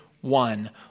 one